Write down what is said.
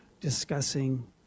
discussing